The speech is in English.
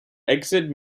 exit